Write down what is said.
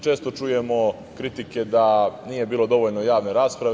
Često čujemo kritike da nije bilo dovoljno javne rasprave.